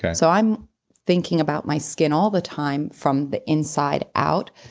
and so i'm thinking about my skin all the time from the inside out.